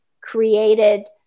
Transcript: created